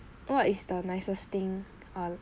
what is the nicest thing uh